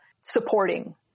supporting